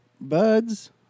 buds